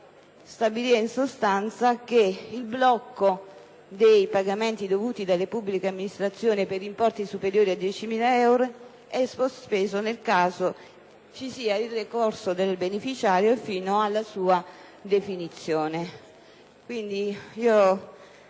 stabilire che il blocco dei pagamenti dovuti dalle pubbliche amministrazioni per importi superiori ai 10.000 euro è sospeso nel caso ci sia il ricorso del beneficiario fino alla sua definizione.